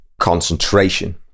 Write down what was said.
concentration